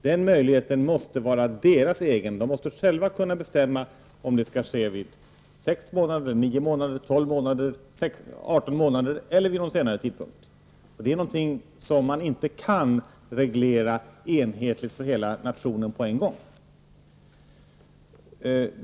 Den möjligheten måste vara deras egen, de måste själva kunna bestämma om det skall ske vid 6, 9, 12 eller 18 månaders ålder eller vid någon senare tidpunkt. Detta är någonting som inte kan regleras enhetligt för hela nationen på en gång.